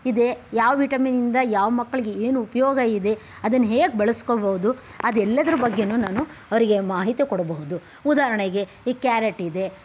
ಇದೆ ಯಾವ ವಿಟಮಿನ್ನಿಂದ ಯಾವ ಮಕ್ಕಳಿಗೆ ಏನು ಉಪ್ಯೋಗ ಇದೆ ಅದನ್ನ ಹೇಗೆ ಬಳಸ್ಕೋಬಹುದು ಅದೆಲ್ಲದರ ಬಗ್ಗೆ ನಾನು ಅವರಿಗೆ ಮಾಹಿತಿ ಕೊಡಬಹುದು ಉದಾಹರಣೆಗೆ ಈ ಕ್ಯಾರೆಟ್ ಇದೆ